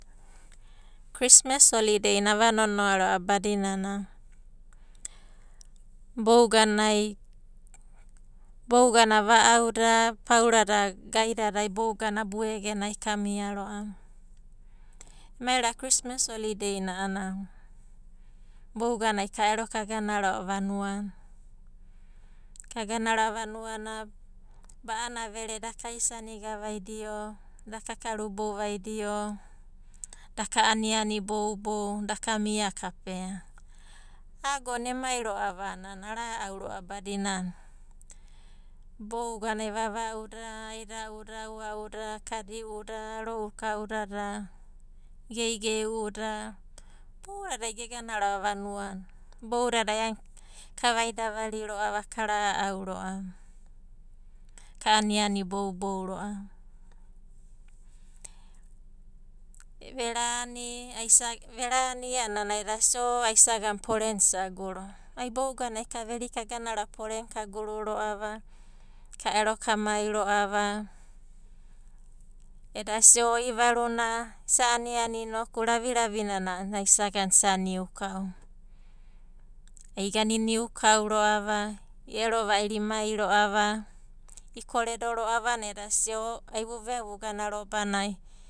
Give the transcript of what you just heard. Krismas holidei na ava nonoa ro'ava badina bouganai bouganai va'au da, paurada gaidadai bouganai abu egenai kamia ro'ava. Mai ero a'a krismas holidei na a'anana bouganai ka ero kagana ro'ava vanua na. Kagana ro'ava vanuana, ba'ana vere da kaisaniga vaidio, da kakarubou vaidio, da ka aniani boubou, da kamia kapea. A'a agona emai ro'ava a'ana ara'au ro'ava badina bouganai, vava'uda, aida'uda, aua'uda, kadiuda, aro'u kaudada, geigei'uda boudadai gegana ro'ava vanua na. Boudadai a'aena nai kavaidavari ro'a, ka ra'au ro'ava, ka aniani boubou ro'ava. Verani ai isa, verani a'anana ai edasia porenai isa guru, ai bouganai ka veri kagana ro'ava porenai ka guru ro'ava, ka ero kamai ro'ava. Eda sia o i'ivaruna isa aniani inoku raviravi nana a'ana ai isa gana isa niu kau. Igana i niu kau ro'ava, i ero va'iro imai ro'ava, ikoredo ro'ava edasia o ai vuguna robanai.